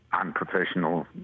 Unprofessional